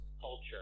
culture